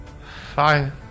Fine